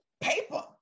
paper